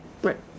right